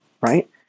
right